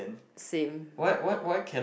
same